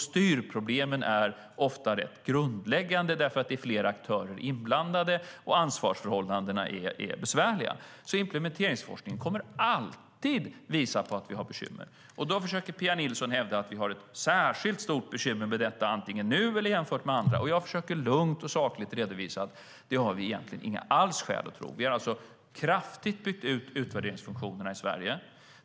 Styrproblemen är ofta rätt grundläggande därför att det är flera aktörer inblandade, och ansvarsförhållandena är besvärliga. Implementeringsforskningen kommer alltid att visa på att vi har bekymmer. Pia Nilsson försöker hävda att vi har ett särskilt stort bekymmer med detta antigen nu eller jämfört med andra. Jag försöker lugnt och sakligt redovisa att det har vi egentligen inte alls några skäl att tro. Vi har kraftigt byggt ut utvärderingsfunktionerna i Sverige.